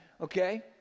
okay